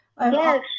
yes